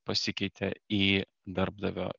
pasikeitė į darbdavio